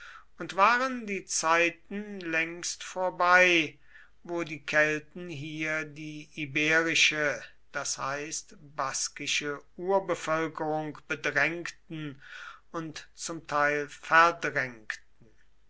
und waren die zeiten längst vorbei wo die kelten hier die iberische das heißt baskische urbevölkerung bedrängten und zum teil verdrängten